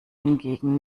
hingegen